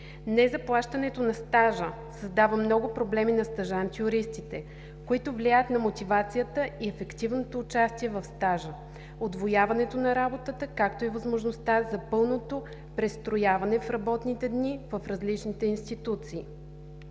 Незаплащането на стажа създава много проблеми на стажант-юристите, които влияят на мотивацията и ефективното участие в стажа, удвояването на работата, както и възможността за пълното престояване в работните дни в различните институции.